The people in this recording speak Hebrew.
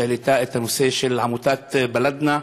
שהעלתה את הנושא של עמותת "בלדנא",